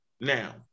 now